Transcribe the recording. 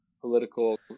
political